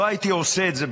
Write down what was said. לא הייתי עושה את זה,